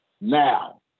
Now